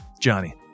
Johnny